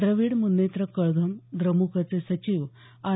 द्रविद मुनेत्र कळघम द्रमुकचे सचिव आर